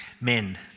Men